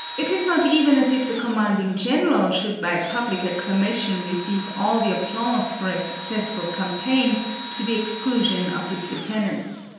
it is not even as if the commanding general should by public acclamation receive all the applause for a successful campaign to the exclusion of his lieutenants.